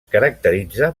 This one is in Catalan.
caracteritza